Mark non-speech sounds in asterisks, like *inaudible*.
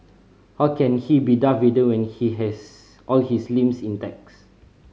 how can he be Darth Vader when he has all his limbs intact *unintelligible*